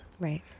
Right